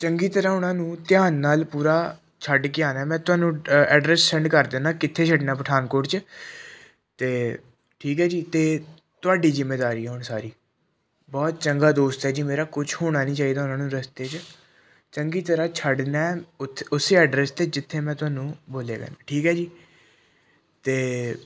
ਚੰਗੀ ਤਰ੍ਹਾਂ ਉਨ੍ਹਾਂ ਨੂੰ ਧਿਆਨ ਨਾਲ ਪੂਰਾ ਛੱਡ ਕੇ ਆਉਣਾ ਮੈਂ ਤੁਹਾਨੂੰ ਐ ਅਡਰੈਸ ਸੈਂਡ ਕਰ ਦਿੰਨਾ ਕਿੱਥੇ ਛੱਡਣਾ ਪਠਾਨਕੋਟ 'ਚ ਅਤੇ ਠੀਕ ਹੈ ਜੀ ਹੈਤੇ ਤੁਹਾਡੀ ਜ਼ਿੰਮੇਵਾਰੀ ਹੈ ਹੁਣ ਸਾਰੀ ਬਹੁਤ ਚੰਗਾ ਦੋਸਤ ਹੈ ਜੀ ਮੇਰਾ ਕੁਛ ਹੋਣਾ ਨਹੀਂ ਚਾਹੀਦਾ ਉਨ੍ਹਾਂ ਨੂੰ ਰਸਤੇ 'ਚ ਚੰਗੀ ਤਰ੍ਹਾਂ ਛੱਡਣਾ ਉੱਥੇ ਉਸੇ ਅਡਰੈਸ 'ਤੇ ਜਿੱਥੇ ਮੈਂ ਤੁਹਾਨੂੰ ਬੋਲਿਆ ਹੈਗਾ ਠੀਕ ਹੈ ਜੀ ਅਤੇ